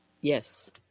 Yes